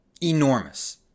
Enormous